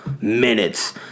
minutes